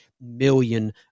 million